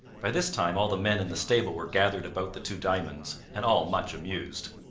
by this time all the men in the stable were gathered about the two diamonds, and all much amused.